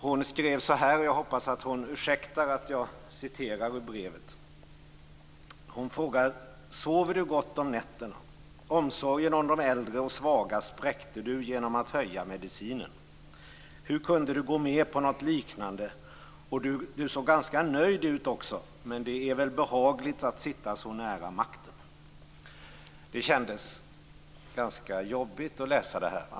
Hon skrev så här, jag hoppas att hon ursäktar att jag läser ur brevet: Sover du gott om nätterna? Omsorgen om de äldre och svaga spräckte du genom att höja kostnaden för medicinen. Hur kunde du gå med på något liknande? Du såg ganska nöjd ut också. Men det är väl behagligt att sitta så nära makten. Det kändes ganska jobbigt att läsa det här.